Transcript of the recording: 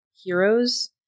heroes